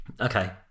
Okay